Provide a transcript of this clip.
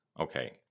okay